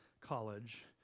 college